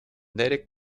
derek